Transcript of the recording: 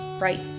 right